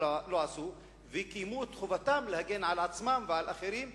לא עשו וקיימו את חובתם להגן על עצמם ועל אחרים,